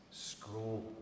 scroll